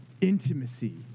Intimacy